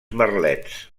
merlets